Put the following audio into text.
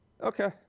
Okay